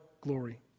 glory